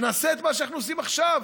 שנעשה את מה שאנחנו עושים עכשיו.